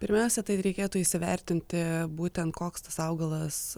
pirmiausia tai reikėtų įsivertinti būtent koks tas augalas